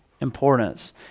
importance